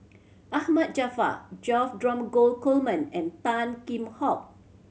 Ahmad Jaafar George Dromgold Coleman and Tan Kheam Hock